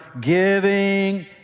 giving